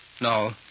No